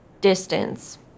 distance